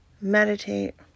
meditate